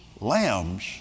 lambs